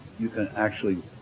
you can actually